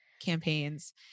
campaigns